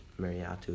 Mariatu